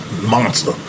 monster